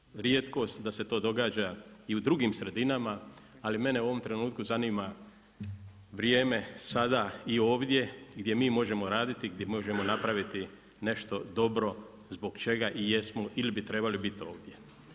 Nije nikakva rijetkost da se to događa i u drugim sredinama, ali mene u ovom trenutku zanima vrijeme sada i ovdje gdje mi možemo raditi, gdje možemo napraviti nešto dobro, zbog čega i jesmo ili bi trebali biti ovdje.